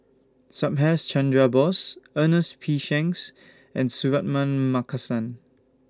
Subhas Chandra Bose Ernest P Shanks and Suratman Markasan